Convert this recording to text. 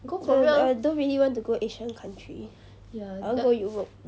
I I don't really want to go asian country I want to go europe